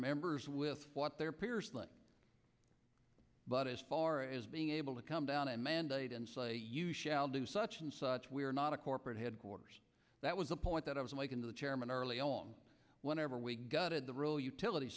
members with what their peers but as far as being able to come down and mandate and say you shall do such and such we're not a corporate headquarters that was a point that i was making the chairman early on whenever we gutted the rule utilit